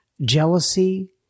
jealousy